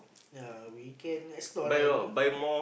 ya we can restore like